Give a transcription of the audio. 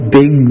big